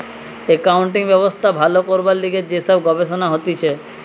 accounting ব্যবস্থা ভালো করবার লিগে যে সব গবেষণা হতিছে